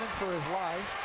for his life.